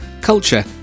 culture